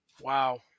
wow